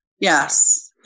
Yes